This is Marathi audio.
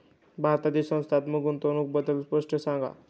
भारतातील संस्थात्मक गुंतवणूक बद्दल स्पष्ट सांगा